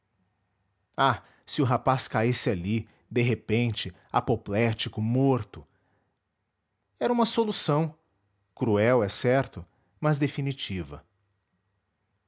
se o rapaz caísse ali de repente apoplético morto era uma solução cruel é certo mas definitiva